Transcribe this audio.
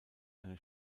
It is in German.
eine